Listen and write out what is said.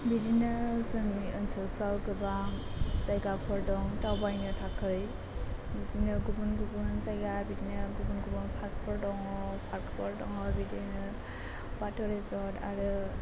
बिदिनो जोंनि ओनसोलफ्राव गोबां जायगाफोर दं दावबायनो थाखै बिदिनो गुबुन गुबुन जायगा बिदिनो गुबुन गुबुन पार्कफोर दङ पार्कफोर दङ बिदिनो बाथौ रेज'र्ड आरो